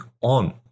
on